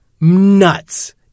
nuts